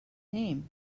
name